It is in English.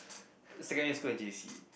secondary school and j_c